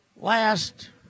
last